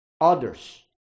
others